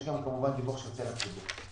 ויש כמובן גם דיווח שיוצא לציבור.